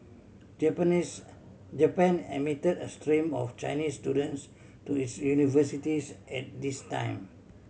Japanese Japan admitted a stream of Chinese students to its universities at this time